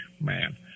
man